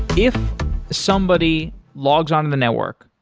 if somebody logs on to the network,